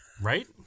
Right